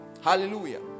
Hallelujah